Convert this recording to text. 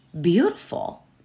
beautiful